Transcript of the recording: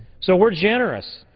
so we're general rowls.